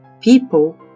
People